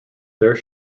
there